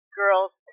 girls